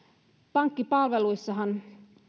pankkipalveluissahan